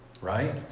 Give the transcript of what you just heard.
Right